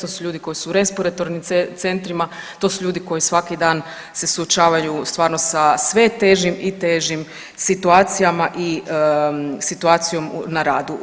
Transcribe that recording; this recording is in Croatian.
To su ljudi koji su u respiratornim centrima, to su ljudi koji svaki dan se suočavaju stvarno sa sve težim i težim situacijama i situacijom na radu.